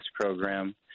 program